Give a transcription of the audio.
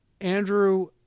Andrew